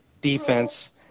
defense